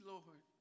Lord